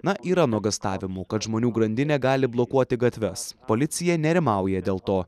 na yra nuogąstavimų kad žmonių grandinė gali blokuoti gatves policija nerimauja dėl to